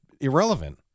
irrelevant